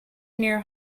near